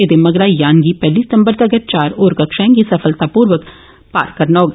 ऐदे मगरा यान गी पैहली सितम्बर तगर चार होर कक्षाएं गी सफलतापूर्वक पार करना होग